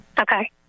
Okay